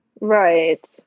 Right